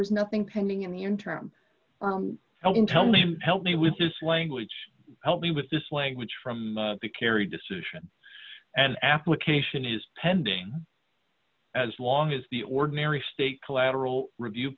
was nothing pending in the interim held in tell me help me with this language help me with this language from the kerry decision and application is pending as long as the ordinary state collateral review